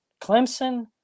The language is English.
Clemson